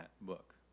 book